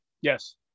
Yes